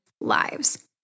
lives